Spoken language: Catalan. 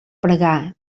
pregar